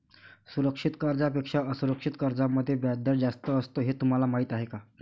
सुरक्षित कर्जांपेक्षा असुरक्षित कर्जांमध्ये व्याजदर जास्त असतो हे तुम्हाला माहीत आहे का?